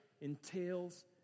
entails